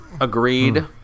Agreed